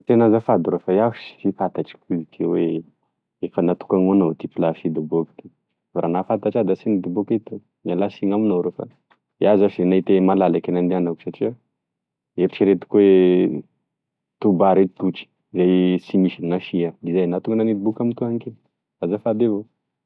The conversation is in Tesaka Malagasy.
Tena azafady rô fa iaho sy fantatriko i teo oe efa natokany ho anao ty plasy idoboko ty fa raha nahafantatry iaho da sy nidoboky eto miala siny aminao rô fa iaho zao sy mety malalaky eky gn'andeanako satria eritreretiko oe tobareko totry e sy misy nasia zay nahatonga ay nidoboky amintoany etoa azafady avao.